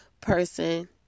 person